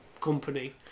company